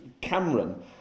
Cameron